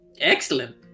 Excellent